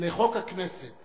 לחוק הכנסת